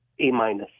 A-minus